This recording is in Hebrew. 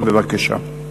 בבקשה.